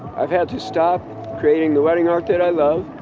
i've had to stop creating the wedding art that i love.